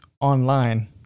online